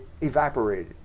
evaporated